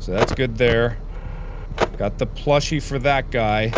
so that's good there got the plushy for that guy